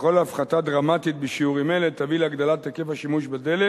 וכל הפחתה דרמטית בשיעורים אלה תביא להגדלת היקף השימוש בדלק